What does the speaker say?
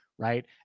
Right